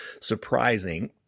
surprising